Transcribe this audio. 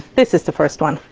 this is the first one.